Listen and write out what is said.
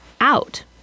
out